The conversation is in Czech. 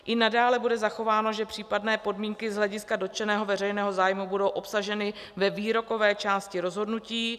I nadále bude zachováno, že případné podmínky z hlediska dotčeného veřejného zájmu budou obsaženy ve výrokové části rozhodnutí.